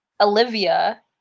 olivia